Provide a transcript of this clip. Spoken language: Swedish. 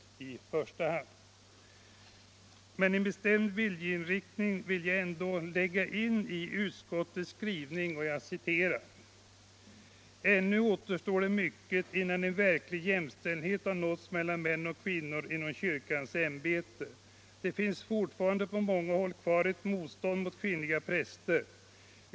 Men jag vill lägga in en bestämd viljeinriktning i utskottets skrivning. Utskottet skriver: ”Ännu återstår det mycket innan en verklig jämställdhet har uppnåtts mellan män och kvinnor inom kyrkans ämbete. Det finns fortfarande på många håll kvar ett motstånd mot kvinnliga präster.